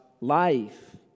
life